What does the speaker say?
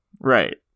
Right